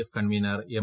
F convener M